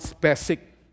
basic